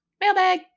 mailbag